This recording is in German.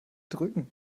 drücken